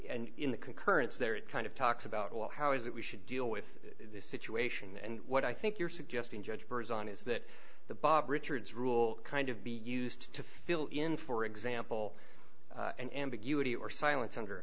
and in the concurrence there it kind of talks about well how is it we should deal with this situation and what i think you're suggesting judge birds on is that the bob richards rule kind of be used to fill in for example an ambiguity or silence under